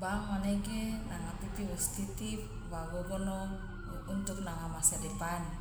bank manege nanga pipi wos titip wa gogono untuk nanga masa depan